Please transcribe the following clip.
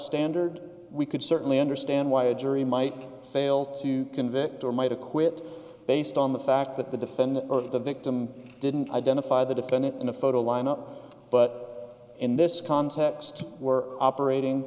standard we could certainly understand why a jury might fail to convict or might acquit based on the fact that the defendant or the victim didn't identify the defendant in a photo lineup but in this context we're operating